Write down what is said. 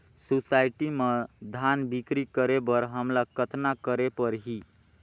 Society म धान बिक्री करे बर हमला कतना करे परही?